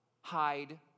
hide